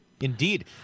Indeed